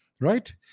right